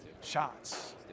shots